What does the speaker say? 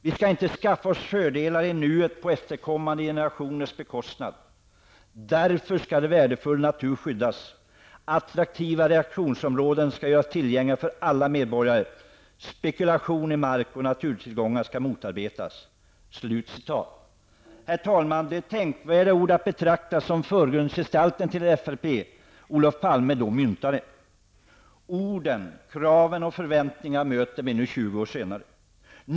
Vi skall inte skaffa oss fördelar i nuet på efterkommande generationers bekostnad. -- Därför skall värdefull natur skyddas. Attraktiva rekreationsområden skall göras tillgängliga för alla medborgare. Spekulation i mark och naturtillgångar skall motarbetas.'' Herr talman! Det är tänkvärda ord, som förgrundsgestalten bakom NRL, Olof Palme, då myntade. Orden, kraven och förväntningarna möter vi alltjämt 20 år senare.